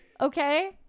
Okay